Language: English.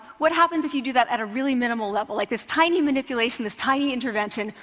what happens if you do that at a really minimal level, like this tiny manipulation, this tiny intervention?